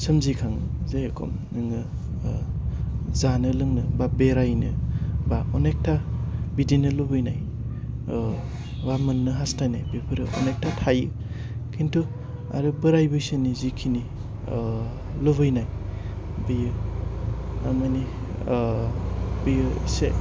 सोमजिखाङो जेरेखम नोङो जानो लोंनो बा बेरायनो बा अनेकथा बिदिनो लुबैनाय बा मोननो हास्थायनाय बेफोरो अनेकथा थायो खिन्थु आरो बोराइ बैसोनि जेखिनि लुबैनाय बियो थारमाने बियो इसे